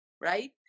right